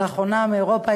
לאחרונה מאירופה,